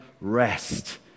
rest